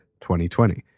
2020